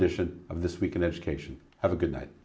dishes of this week in education have a good night